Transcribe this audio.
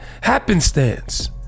happenstance